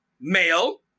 male